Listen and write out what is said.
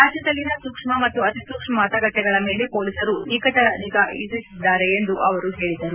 ರಾಜ್ಜದಲ್ಲಿನ ಸೂಕ್ಷ್ಮ ಮತ್ತು ಅತಿ ಸೂಕ್ಷ್ಮ ಮತಗಟ್ಟೆಗಳ ಮೇಲೆ ಪೊಲೀಸರು ನಿಕಟ ನಿಗಾ ಇರಿಸಿದ್ದಾರೆ ಎಂದು ಅವರು ಹೇಳಿದರು